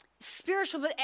Spiritual